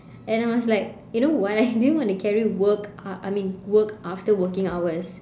and I was like you know what I didn't want to carry work uh I mean work after working hours